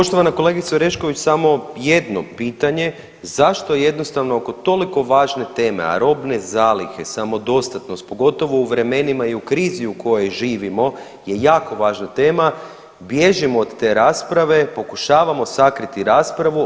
Poštovana kolegice Orešković samo jedno pitanje zašto jednostavno oko toliko važne teme, a robne zalihe, samodostatnost pogotovo u vremenima i u krizi u kojoj živimo je jako važna tema, bježimo od te rasprave, pokušavamo sakriti raspravu.